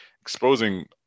exposing